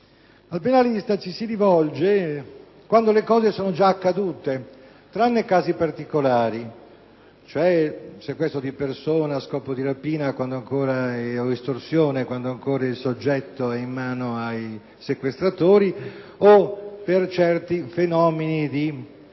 penali - ci si rivolge quando le cose sono già accadute, tranne casi particolari, come il sequestro di persona a scopo di rapina o di estorsione quando ancora il soggetto è in mano ai sequestratori, o per certi fenomeni di reati